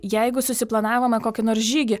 jeigu susiplanavome kokį nors žygį